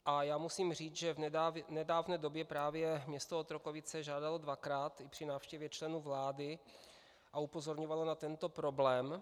A já musím říct, že v nedávné době právě město Otrokovice žádalo dvakrát i při návštěvě členů vlády a upozorňovalo na tento problém.